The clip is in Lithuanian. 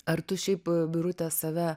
ar tu šiaip birute save